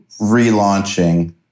relaunching